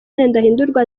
ndahindurwa